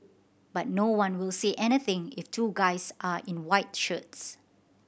but no one will say anything if two guys are in white shirts